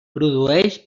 produeix